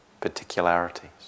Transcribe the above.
particularities